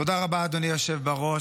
תודה רבה, אדוני היושב בראש.